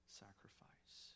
sacrifice